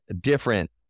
different